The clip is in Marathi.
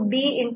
C A